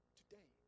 today